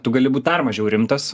tu gali būt dar mažiau rimtas